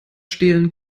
stehlen